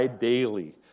daily